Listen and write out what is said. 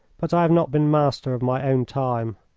but i have not been master of my own time.